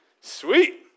sweet